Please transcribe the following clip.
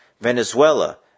Venezuela